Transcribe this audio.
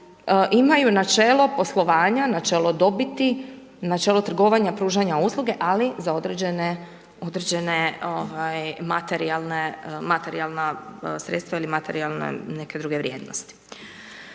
imaju načelo poslovanja, načelo dobiti, načelo trgovanja pružanja usluge, ali za određene materijalna sredstva ili materijalne neke druge vrijednosti.